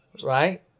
right